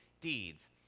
deeds